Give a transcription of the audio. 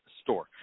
store